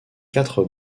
quatre